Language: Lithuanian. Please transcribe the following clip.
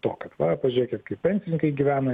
to kad va pažiūrėkit kaip pensininkai gyvena